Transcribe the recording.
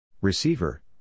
Receiver